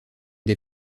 des